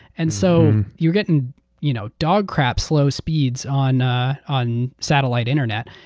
and so you're getting you know dog crap slow speeds on ah on satellite internet.